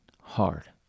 hard